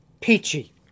Peachy